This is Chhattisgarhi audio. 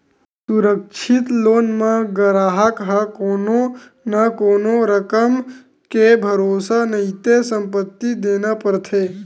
सुरक्छित लोन म गराहक ह कोनो न कोनो रकम के भरोसा नइते संपत्ति देना परथे